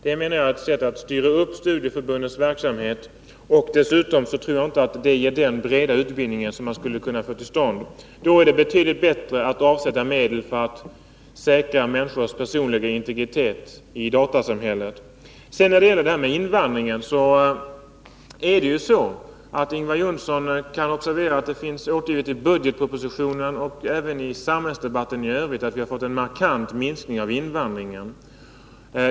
Det menar jag är ett sätt att styra studieförbundens verksamhet. Dessutom tror jag inte att det därigenom blir dén breda utbildning som man skulle kunna få till stånd. Det är betydligt bättre att avsätta medel för att säkra människors personliga integritet i datasamhället. När det gäller invandringen kanske Ingvar Johnsson har observerat — det finns återgivet i budgetpropositionen och har framkommit även av samhällsdebatten — att vi har fått en markant minskning av invandringen.